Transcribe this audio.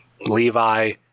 levi